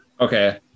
Okay